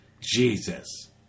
Jesus